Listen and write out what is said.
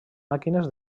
màquines